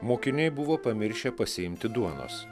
mokiniai buvo pamiršę pasiimti duonos